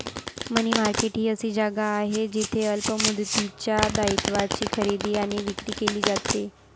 मनी market ही अशी जागा आहे जिथे अल्प मुदतीच्या दायित्वांची खरेदी आणि विक्री केली जाते